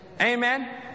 Amen